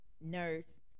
nurse